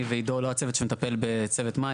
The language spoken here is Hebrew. אני ועידו לא הצוות שמטפל בצוות מים.